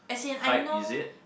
hype is it